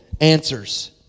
answers